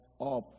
up